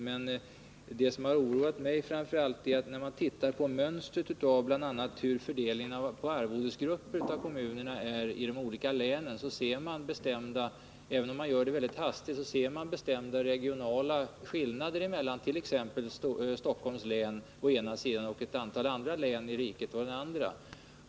Men det som oroat mig är framför allt att man även vid en mycket hastig titt på mönstret för fördelningen på arvodesgrupper av kommunerna i de olika länen ser bestämda regionala skillnader mellan t.ex. Stockholms län å ena sidan och ett antal andra län i riket å den andra.